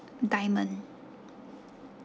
diamond